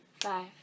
five